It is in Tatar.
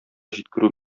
җиткерү